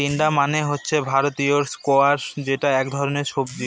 তিনডা মানে হচ্ছে ভারতীয় স্কোয়াশ যেটা এক ধরনের সবজি